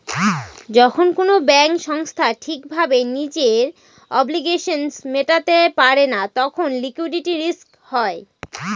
যখন কোনো ব্যাঙ্ক সংস্থা ঠিক ভাবে নিজের অব্লিগেশনস মেটাতে পারে না তখন লিকুইডিটি রিস্ক হয়